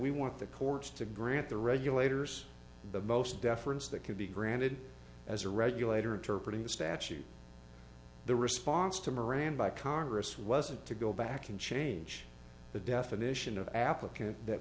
we want the courts to grant the regulators the most deference that can be granted as a regulator interpret in the statute the response to moran by congress wasn't to go back and change the definition of applicant that